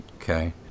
okay